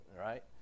right